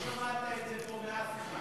לא שמעת את זה פה מאף אחד.